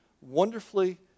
wonderfully